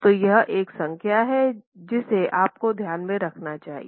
तो यह एक संख्या है जिसे आपको ध्यान में रखना चाहिए